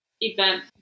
event